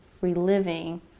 reliving